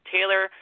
Taylor